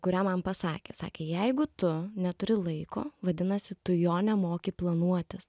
kurią man pasakė sakė jeigu tu neturi laiko vadinasi tu jo nemoki planuotis